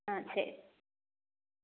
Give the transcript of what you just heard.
ആ ശരി